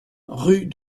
rue